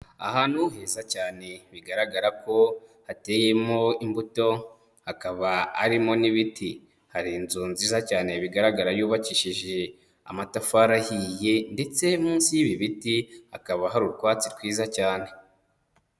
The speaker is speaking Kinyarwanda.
Ahantu heza cyane bigaragara ko hateyemo imbuto, hakaba harimo n'ibiti, hari inzu nziza cyane bigaragara yubakishije amatafari ahiye ndetse munsi y'ibi biti hakaba hari utwatsi twiza cyane.